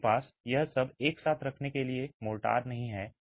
आपके पास यह सब एक साथ रखने के लिए मोर्टार नहीं है